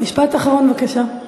משפט אחרון בבקשה.